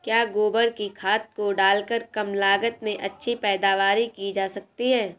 क्या गोबर की खाद को डालकर कम लागत में अच्छी पैदावारी की जा सकती है?